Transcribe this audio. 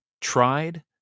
tried